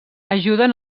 ajuden